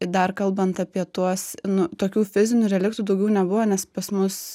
dar kalbant apie tuos nu tokių fizinių reliktų daugiau nebuvo nes pas mus